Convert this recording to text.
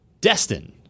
Destin